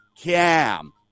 Cam